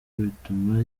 bituma